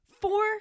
Four